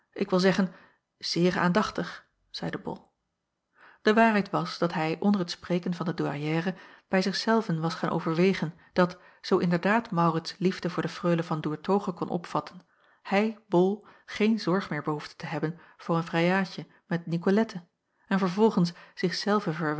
ik wil zeggen zeer aandachtig zeide bol de waarheid was dat hij onder t spreken van de douairière bij zich zelven was gaan overwegen dat zoo inderdaad maurits liefde voor de freule van doertoghe kon opvatten hij bol geen zorg meer behoefde te hebben voor een vrijaadje met nicolette en vervolgens